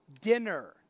Dinner